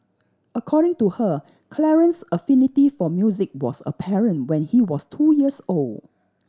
according to her Clarence's affinity for music was apparent when he was two years old